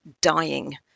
dying